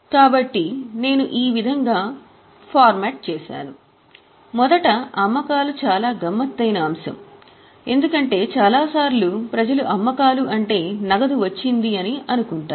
కాబట్టి నేను ఈ విధంగా ఫార్మాట్ చేసాను మొదట అమ్మకాలు చాలా గమ్మత్తైన అంశం ఎందుకంటే చాలా సార్లు ప్రజలు అమ్మకాలు అంటే నగదు వచ్చిందని అనుకుంటారు